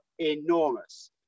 enormous